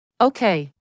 Okay